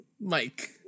Mike